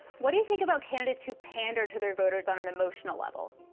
what do you think about candidates who pander to their voters on an emotional level?